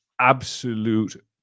absolute